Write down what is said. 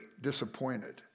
disappointed